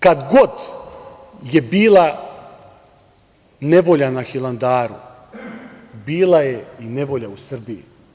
Kad god je bila nevolja na Hilandaru bila je i nevolja u Srbiji.